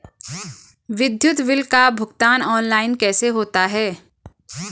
विद्युत बिल का भुगतान ऑनलाइन कैसे होता है?